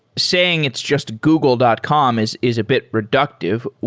saying it's just google dot com is is a bit reductive.